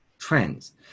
trends